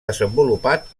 desenvolupat